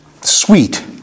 sweet